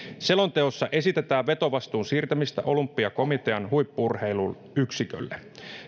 selonteossa esitetään vetovastuun siirtämistä olympiakomitean huippu urheiluyksikölle